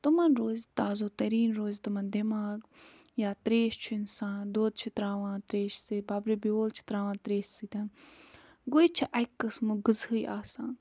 تِمَن روزِ تازوتریٖن روزِ تِمَن دٮ۪ماغ یا ترٛیش چھُ اِنسان دۄد چھِ ترٛاوان ترٛیشہِ سۭتۍ بَبرِ بیول چھِ ترٛاوان ترٛیشہِ سۭتۍ گوٚو یہِ تہِ چھِ اَکہِ قٕسمُک غذہٕے آسان